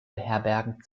beherbergen